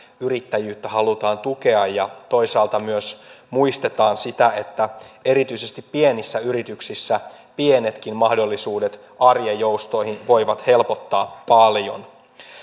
yrittäjyyttä halutaan tukea ja toisaalta myös muistetaan sitä että erityisesti pienissä yrityksissä pienetkin mahdollisuudet arjen joustoihin voivat helpottaa paljon